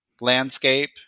landscape